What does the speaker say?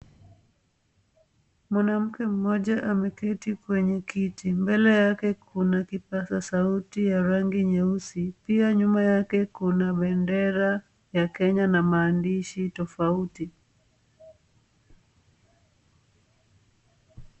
Mwanamke mmoja ameketi kwenye kiti. Mbele yake kuna kipaza sauti ya rangi nyeusi. Pia nyuma yake kuna bendera ya Kenya na maandishi tofauti.